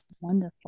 Wonderful